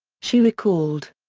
she recalled.